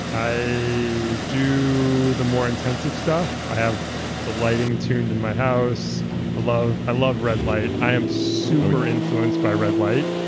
i do the more intensive stuff. i have the lighting tuned in my house i love red light. i am super influenced by red light.